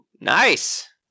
Nice